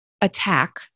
attack